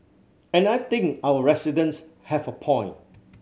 and I think our residents have a point